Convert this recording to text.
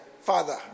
father